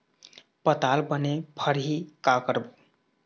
पताल बने फरही का करबो?